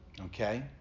Okay